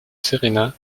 serena